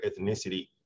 ethnicity